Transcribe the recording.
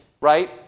right